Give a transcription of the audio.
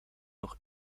nog